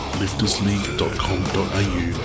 liftersleague.com.au